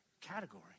category